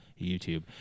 YouTube